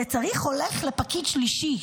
זה הולך לפקיד שלישי,